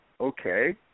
okay